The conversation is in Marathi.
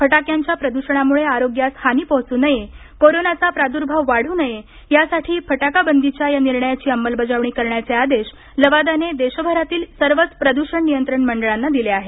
फटाक्यांच्या प्रदुषणामुळे आरोग्यास हानी पोहोचू नयेकोरोनाचा प्रादुर्भाव वाढू नये यासाठी फटाका बंदीच्या या निर्णयाची अंमलबजावणी करण्याचे आदेश लवादाने देशभरातील सर्वच प्रदुषण नियंत्रण मंडळांना दिले आहेत